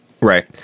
Right